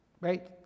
right